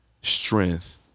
strength